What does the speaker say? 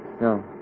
No